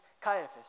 Caiaphas